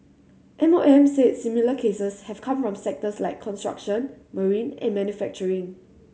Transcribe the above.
M O M said similar cases have come from sectors like construction marine and manufacturing